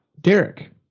Derek